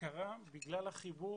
בגלל החיבור,